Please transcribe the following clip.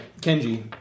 Kenji